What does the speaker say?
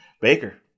baker